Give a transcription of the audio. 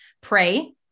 Pray